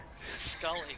Scully